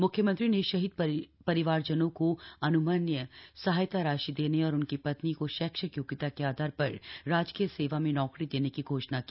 म्ख्यमंत्री ने शहीद परिवारजनों को अन्मन्य सहायता राशि देने और उनकी पत्नी को शैक्षिक योग्यता के आधार पर राजकीय सेवा में नौकरी देने की घोषणा की